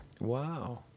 Wow